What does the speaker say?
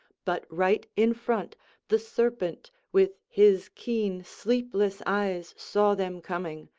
but right in front the serpent with his keen sleepless eyes saw them coming,